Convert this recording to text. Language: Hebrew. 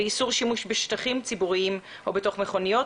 ואיסור שימוש בשטחים ציבוריים או בתוך מכוניות.